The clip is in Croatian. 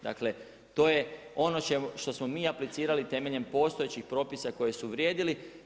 Dakle to je ono što smo mi aplicirali temeljem postojećih propisa koje su vrijedili.